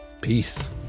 peace